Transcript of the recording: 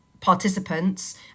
participants